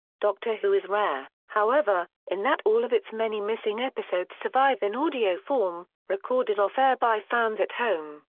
doctor who is rare, however, in that all of its many missing episodes survive in audio form, recorded off-air by fans at home.